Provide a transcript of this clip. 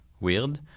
weird